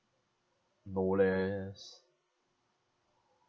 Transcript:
no leh